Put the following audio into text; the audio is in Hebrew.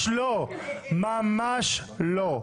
ממש לא.